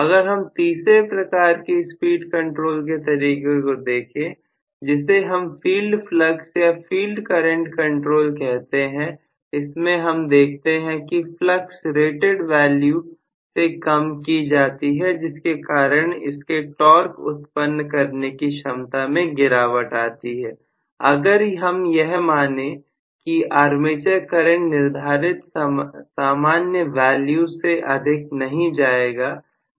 अगर हम तीसरे प्रकार की स्पीड कंट्रोल के तरीके को देखें जिसे हम फील्ड फलक्स या फील्ड करंट कंट्रोल कहते हैं इसमें हम देखते हैं कि फलक्स रेटेड वैल्यू से कम की जाती है जिसके कारण इसके टॉर्क उत्पन्न करने की क्षमता में गिरावट आती हैअगर हम यह मानते हैं कि आर्मेचर करंट निर्धारित सामान्य वैल्यू से अधिक नहीं जाएगा